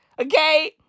okay